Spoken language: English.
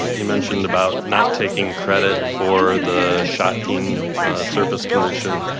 you mentioned about not taking credit for the shot peen surface condition,